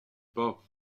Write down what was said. pas